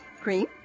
Cream